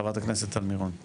חברת הכנסת שלי טל מירון.